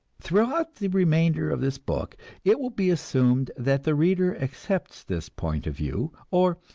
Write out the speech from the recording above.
throughout the remainder of this book it will be assumed that the reader accepts this point of view, or,